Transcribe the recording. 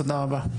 תודה רבה.